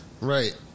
Right